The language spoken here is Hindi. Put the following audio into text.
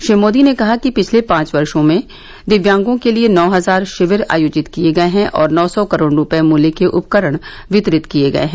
श्री मोदी ने कहा कि पिछले पांच वर्ष में दिव्यांगों के लिए नौ हजार शिविर आयोजित किए गए हैं और नौ सौ करोड़ रुपये मूल्य के उपकरण वितरित किए गए हैं